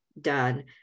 done